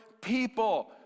people